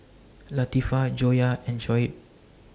Latifa Joyah and Shoaib